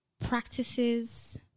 practices